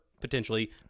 potentially